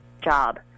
job